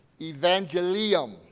evangelium